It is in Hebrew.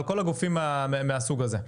אבל כל הגופים מהסוג הזה.